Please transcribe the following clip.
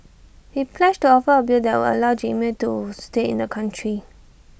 he pledged to offer A bill that would allow Jamal to stay in the country